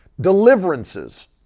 deliverances